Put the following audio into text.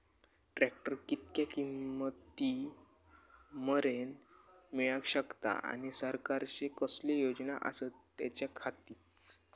Tractor कितक्या किमती मरेन मेळाक शकता आनी सरकारचे कसले योजना आसत त्याच्याखाती?